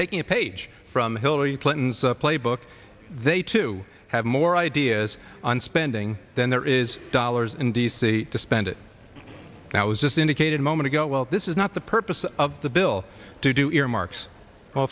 taking a page from hillary clinton's playbook they too have more ideas on spending than there is dollars in d c to spend it that was just indicated a moment ago well this is not the purpose of the bill to do earmarks well